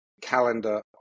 calendar